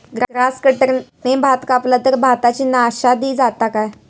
Grass कटराने भात कपला तर भाताची नाशादी जाता काय?